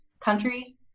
country